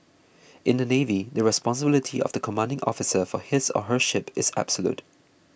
in the Navy the responsibility of the commanding officer for his or her ship is absolute